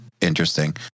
Interesting